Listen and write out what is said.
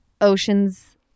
ocean's